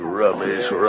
rubbish